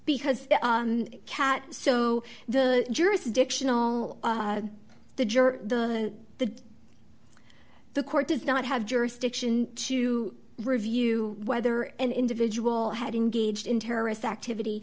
because the cat so the jurisdictional the juror the the court does not have jurisdiction to review whether an individual had engaged in terrorist activity